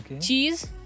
cheese